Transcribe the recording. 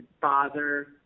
father